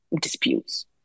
disputes